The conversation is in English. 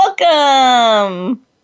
Welcome